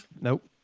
Nope